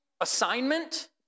assignment